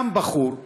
קם בחור,